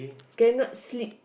cannot sleep